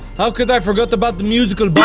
how could i forget about the musical box?